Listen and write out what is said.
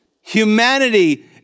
Humanity